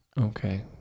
Okay